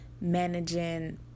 managing